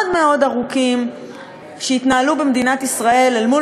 מאוד מאוד ארוכים שהתנהלו במדינת ישראל אל מול